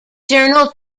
journal